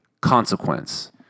consequence